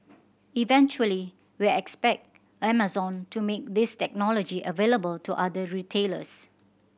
eventually we expect Amazon to make this technology available to other retailers